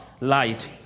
light